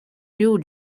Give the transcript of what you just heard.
new